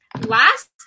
Last